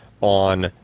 on